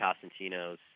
Costantino's